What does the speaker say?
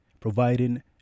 providing